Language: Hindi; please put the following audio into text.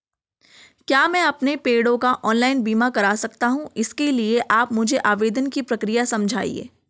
क्या मैं अपने पेड़ों का ऑनलाइन बीमा करा सकता हूँ इसके लिए आप मुझे आवेदन की प्रक्रिया समझाइए?